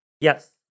Yes